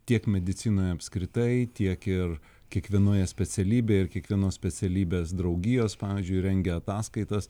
tiek medicinoj apskritai tiek ir kiekvienoje specialybėje ir kiekvienos specialybės draugijos pavyzdžiui rengia ataskaitas